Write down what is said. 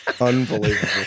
Unbelievable